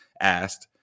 asked